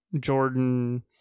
Jordan